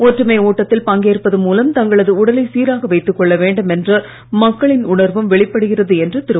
ஒற்றுமை ஓட்டத்தில் பங்கேற்பது மூலம் தங்களது உடலை சீராக வைத்துக் கொள்ள வேண்டும் என்ற மக்களின் உணர்வும் வெளிப்படுகிறது என்று திரு